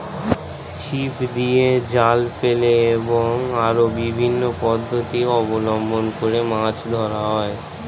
ছিপ দিয়ে, জাল ফেলে এবং আরো বিভিন্ন পদ্ধতি অবলম্বন করে মাছ ধরা হয়